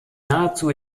nahezu